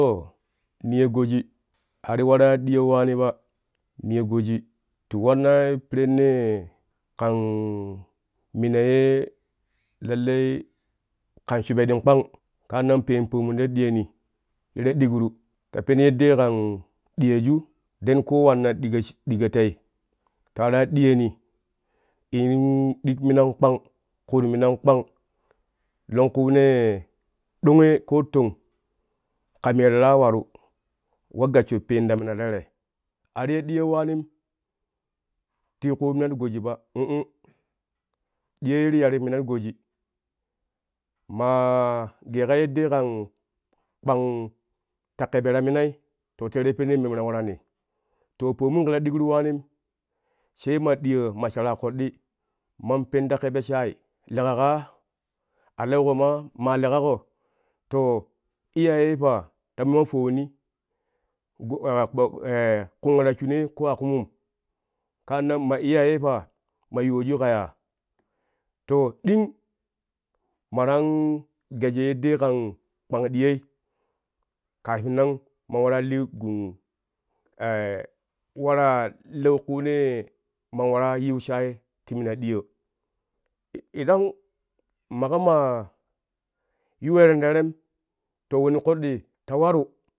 To niyo goji a ti waraa ɗiyo waani ba niyo goji ti wannai pirennee kan mina yee lallai kan shubetin kpang kaan nan peen ponun ta ɗiyoni ye ta ɗikru ta pen yeddee kan ɗiyeju then koo wanna ɗiko tei ta waraa ɗiyoni in ɗik minan kpang kuut minan kpang longkunee ɗonge ƙoo tong ka me ta waraa varu in gassho peen ta mina tere a ti ya ɗiyooi waanim ti kunt mina goji ba uu ɗiyo ye ti ya ti mina goji maa geeƙa yeddee ƙan kpang ta ƙebe ta minai to teere pinnee memme ta warani to pomun kɛ ta ɗikru waanim sai ma ɗiyoo ma sharaa ƙoɗɗi man pen ta kebe shaai leƙa kaa a leuƙo maa, maa leƙaƙo to iyayei pa? Ta ma fowoni kunga ta shunee ko a ƙumun kaan nan ma iyayei pa ma yuwojui ka yaa to ɗing ma ta gee yeddee kan kpang diyooi kafin nan man waraa li gun wa raa leuƙuno yee man waraa yiu shaai ti mina ɗiyoo idan maƙo maa yu wenen terem to woni koddi ta waru